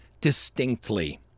distinctly